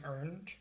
earned